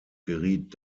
geriet